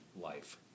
life